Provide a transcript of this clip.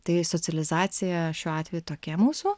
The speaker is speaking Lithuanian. tai socializacija šiuo atveju tokia mūsų